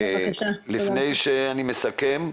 לפני שאני מסכם,